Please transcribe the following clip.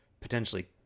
potentially